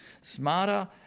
Smarter